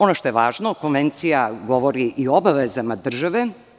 Ono što je važno, Konvencija govori i o obavezama države.